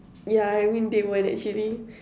yeah I mean they won't actually